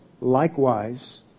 likewise